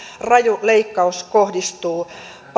raju leikkaus kohdistuu pahasti